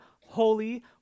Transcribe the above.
holy